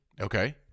Okay